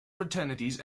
fraternities